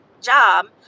job